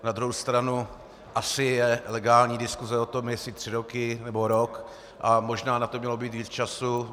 Na druhou stranu asi je legální diskuse o tom, jestli tři roky, nebo rok, a možná na to mělo být víc času.